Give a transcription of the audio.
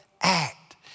act